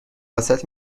واست